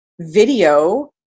video